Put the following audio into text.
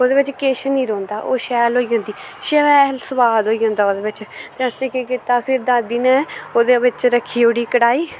ओह्दै बिच्च किस नी रौंह्दा ओह् शैल होई जंदी शैल स्वाद होई जंदा ओह्दै बिच्च असैं केह् कीता फिर दादी नै ओह्दै बिच्च रक्खी ओड़ी कड़ाही